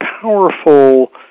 powerful